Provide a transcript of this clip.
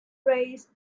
race